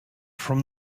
from